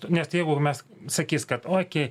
nes jeigu mes sakys kad okei